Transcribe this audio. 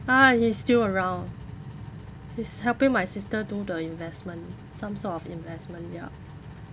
ah he's still around he's helping my sister do the investment some sort of investment ya